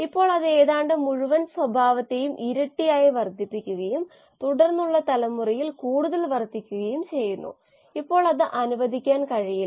ഇതൊരു ആമുഖ കോഴ്സ് ആയതിനാൽ വിശദാംശങ്ങളിലേക്ക് കടക്കരുത് പക്ഷേ നമ്മൾ അവരുമായി സമ്പർക്കം പുലർത്തേണ്ടതുണ്ട് അതിനാൽ ഭാവിയിൽ അവ കാണുമ്പോൾ അവ തിരിച്ചറിയാൻ നമുക്ക് കഴിയും